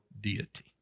deity